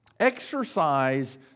Exercise